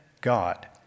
God